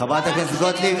חברת הכנסת טלי גוטליב,